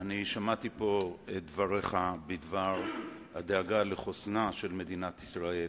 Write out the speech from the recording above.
שמעתי את דבריך בדבר הדאגה לחוסנה של מדינת ישראל,